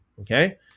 Okay